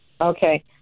okay